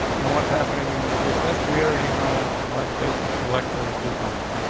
no, what's happening in the css. we already know what basic selectors we can use.